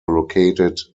located